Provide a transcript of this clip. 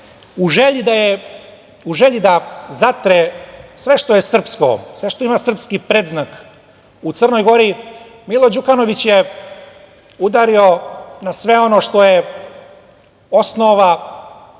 U želji da zatre sve što je srpsko, sve što ima srpski predznak u Crnoj Gori, Milo Đukanović je udario na sve ono što osnova